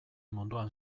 munduan